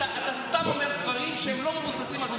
אתה סתם אומר דברים שלא מבוססים על שום דבר.